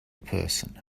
person